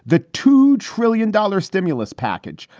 the two trillion dollar stimulus package.